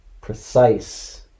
Precise